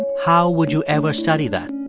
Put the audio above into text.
how would you ever study that?